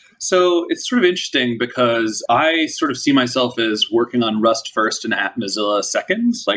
so it's sort of interesting, because i sort of see myself as working on rust first and at mozilla second. like